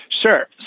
Sure